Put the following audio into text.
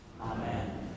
Amen